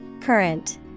Current